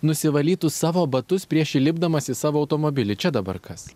nusivalytų savo batus prieš įlipdamas į savo automobilį čia dabar kas